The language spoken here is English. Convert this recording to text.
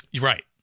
Right